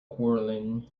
quarrelling